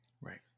right